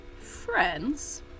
friends